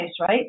Right